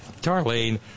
Darlene